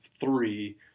three